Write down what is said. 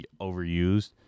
overused